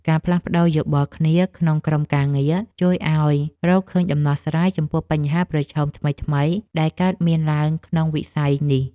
ការផ្លាស់ប្តូរយោបល់គ្នាក្នុងក្រុមការងារជួយឱ្យរកឃើញដំណោះស្រាយចំពោះបញ្ហាប្រឈមថ្មីៗដែលកើតមានឡើងក្នុងវិស័យនេះ។